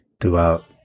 throughout